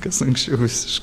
kas anksčiau visiškai